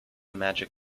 magic